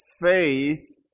faith